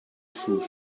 shoe